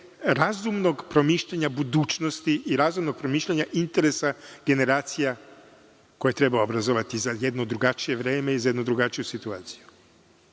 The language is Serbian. razumnog promišljanja budućnosti i razumnog promišljanja interesa generacija koje treba obrazovati za jedno drugačije vreme i za jednu drugačiju situaciju. Dakle,